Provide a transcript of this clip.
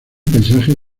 paisaje